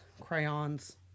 crayons